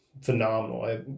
phenomenal